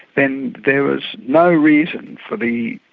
then there was no reason for the,